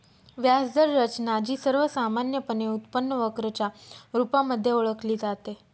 व्याज दर रचना, जी सर्वसामान्यपणे उत्पन्न वक्र च्या रुपामध्ये ओळखली जाते